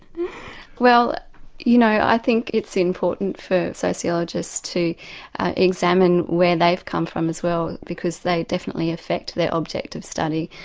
well you know, i think it's important for sociologists to examine where they've come from as well because they definitely affect their objective study,